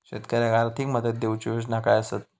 शेतकऱ्याक आर्थिक मदत देऊची योजना काय आसत?